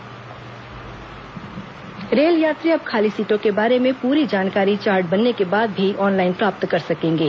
railway खाली seat रेलयात्री अब खाली सीटों के बारे में पूरी जानकारी चार्ट बनने के बाद भी ऑनलाइन प्राप्त कर सकेंगे